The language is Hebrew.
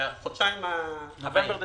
נובמבר דצמבר.